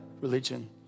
religion